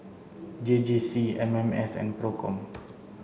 J J C M M S and PROCOM